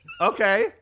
okay